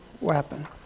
weapon